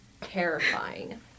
terrifying